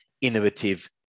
innovative